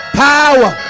power